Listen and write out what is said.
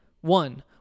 One